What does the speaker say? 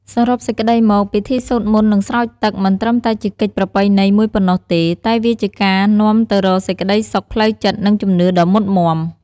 សរុបសេចក្តីមក ពិធីសូត្រមន្ត និងស្រោចទឹក មិនត្រឹមតែជាកិច្ចប្រពៃណីមួយប៉ុណ្ណោះទេ តែវាជាការនាំទៅរកសេចក្តីសុខផ្លូវចិត្ត និងជំនឿដ៏មុតមាំ។